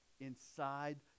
inside